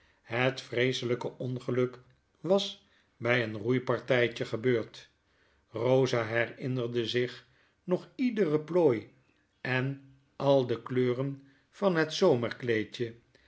het vreeselyke ongeluk was by een roeipartytje gebeurd eosa herinnerde zich nog iedere plooi en al de kleuren van het